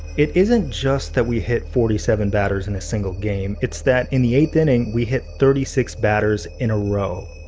it isn't just that we hit forty seven batters in a single game, it's that, in the eighth inning, we hit thirty six batters in a row.